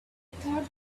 thought